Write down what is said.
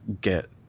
get